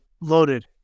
loaded